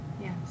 Yes